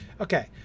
Okay